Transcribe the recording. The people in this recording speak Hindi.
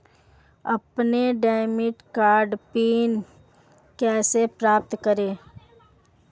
अपना डेबिट कार्ड पिन कैसे प्राप्त करें?